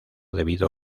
debido